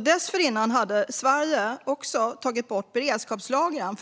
Dessförinnan hade Sverige också tagit bort beredskapslagren.